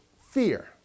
fear